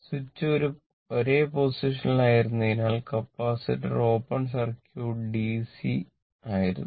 switch ഒരേ പൊസിഷനിൽ ആയിരുന്നതിനാൽ കപ്പാസിറ്റർ ഓപ്പൺ സർക്യൂട്ട് ഡിസി ആയിരുന്നു